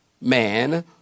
man